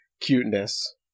cuteness